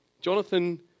Jonathan